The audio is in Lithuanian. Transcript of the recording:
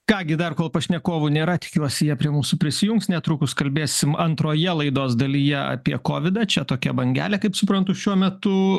ką gi dar kol pašnekovų nėra tikiuosi jie prie mūsų prisijungs netrukus kalbėsim antroje laidos dalyje apie kovidą čia tokia bangelė kaip suprantu šiuo metu